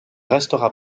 restera